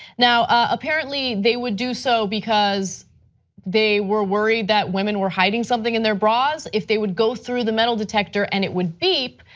apparently they would do so because they were worried that women were hiding something in their bras if they would go through the metal detector and it would be.